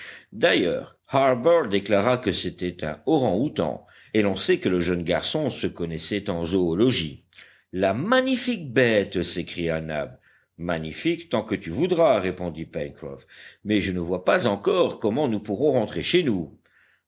d'ailleurs harbert déclara que c'était un orang-outang et l'on sait que le jeune garçon se connaissait en zoologie la magnifique bête s'écria nab magnifique tant que tu voudras répondit pencroff mais je ne vois pas encore comment nous pourrons rentrer chez nous